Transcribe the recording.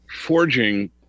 forging